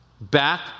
Back